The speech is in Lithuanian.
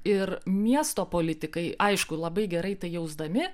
ir miesto politikai aišku labai gerai tai jausdami